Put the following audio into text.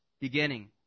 beginning